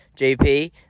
JP